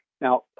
Now